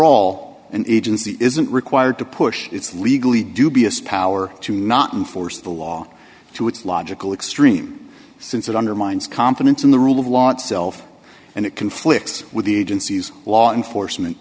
all an agency isn't required to push its legally dubious power to not enforce the law to its logical extreme since it undermines confidence in the rule of law itself and it conflicts with the agency's law enforcement